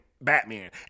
Batman